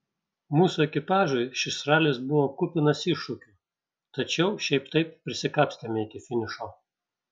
mūsų ekipažui šis ralis buvo kupinas iššūkių tačiau šiaip taip prisikapstėme iki finišo